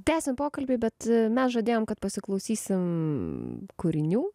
tęsiam pokalbį bet mes žadėjom kad pasiklausysim kūrinių